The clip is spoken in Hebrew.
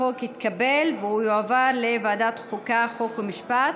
החוק התקבל, והוא יעבור לוועדת החוקה, חוק ומשפט.